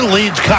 Leads